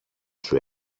σου